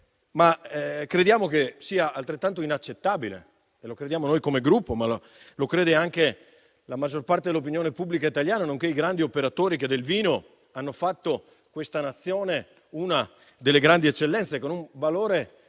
riteniamo che tale misura sia inaccettabile; lo crediamo noi come Gruppo, ma lo crede anche la maggior parte dell'opinione pubblica italiana nonché i grandi operatori che del vino che hanno fatto di questa Nazione una delle grandi eccellenze, con un valore